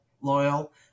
loyal